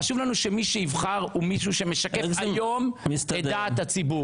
חשוב לנו שמי שיבחר הוא מישהו שמשקף היום את דעת הציבור.